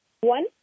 one